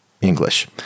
English